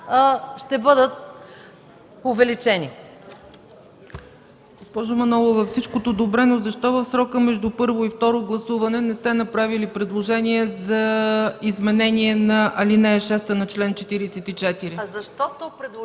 ще бъдат увеличени.